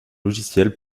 logiciel